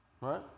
right